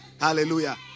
Hallelujah